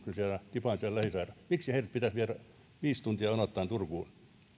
tipan lähisairaalassa miksi heidät pitäisi viedä viideksi tunniksi jonottamaan turkuun